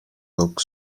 donc